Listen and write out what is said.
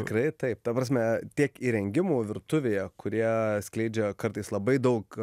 tikrai taip ta prasme tiek įrengimų virtuvėje kurie skleidžia kartais labai daug